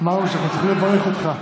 אמרנו שאנחנו צריכים לברך אותך.